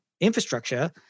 infrastructure